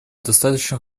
достаточно